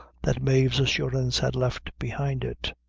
that mave's assurance had left behind it.